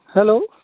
hello